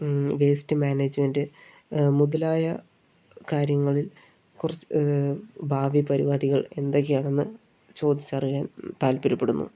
waste management മുതലായ കാര്യങ്ങളിൽ കുറച്ച് ഭാവി പരിപാടികൾ എന്തൊക്കെയാണെന്ന് ചോദിച്ചറിയാൻ താൽപര്യപ്പെടുന്നു